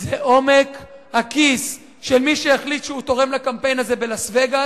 זה עומק הכיס של מי שהחליט שהוא תורם לקמפיין הזה בלאס-וגאס,